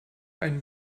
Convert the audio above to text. ein